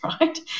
right